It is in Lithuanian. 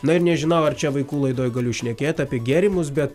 na ir nežinau ar čia vaikų laidoj galiu šnekėt apie gėrimus bet